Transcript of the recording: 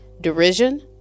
derision